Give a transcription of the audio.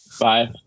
Bye